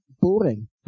boring